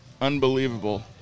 Unbelievable